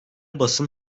basın